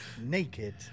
Naked